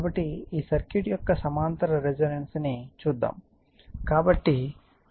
కాబట్టి ఈ సర్క్యూట్ యొక్క సమాంతర రెసోనెన్సు ని చూద్దాము